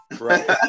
Right